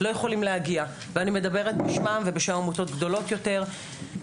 לא יכולים להגיע ואני מדברת בשמם ובשם עמותות גדולות יותר.